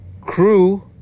Crew